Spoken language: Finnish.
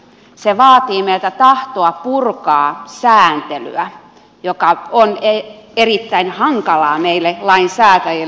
se vaatii meiltä tahtoa purkaa sääntelyä mikä on erittäin hankalaa meille lainsäätäjille